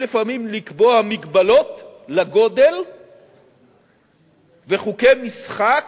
לפעמים לקבוע הגבלות לגודל וחוקי משחק,